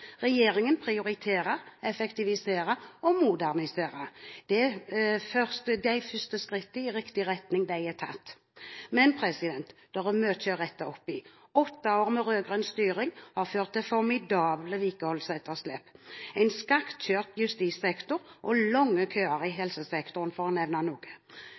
Regjeringen prioriterer, effektiviserer og moderniserer. De første skritt i riktig retning er tatt. Det er mye å rette opp i. Åtte år med rød-grønn styring har ført til formidable vedlikeholdsetterslep, en skakkjørt justissektor og lange køer i helsesektoren, for å nevne noe.